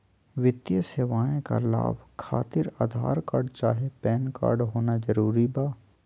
वित्तीय सेवाएं का लाभ खातिर आधार कार्ड चाहे पैन कार्ड होना जरूरी बा?